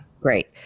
Great